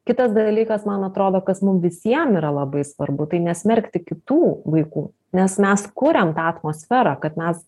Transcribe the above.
kitas dalykas man atrodo kas mum visiem yra labai svarbu tai nesmerkti kitų vaikų nes mes kuriam tą atmosferą kad mes